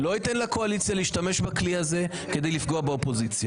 להשתמש בכלי הזה כדי לפגוע באופוזיציה.